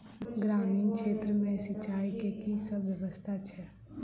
ग्रामीण क्षेत्र मे सिंचाई केँ की सब व्यवस्था छै?